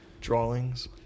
Drawings